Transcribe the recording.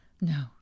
No